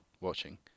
watching